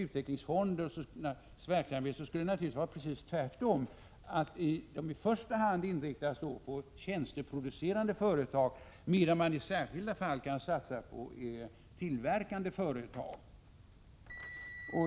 Utvecklingsfondernas verksamhet borde naturligtvis i första hand inriktas på tjänsteproducerande företag, medan fonden i särskilda fall kan satsa på tillverkande företag.